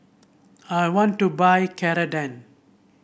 I want to buy Ceradan